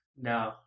No